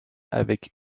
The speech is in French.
avec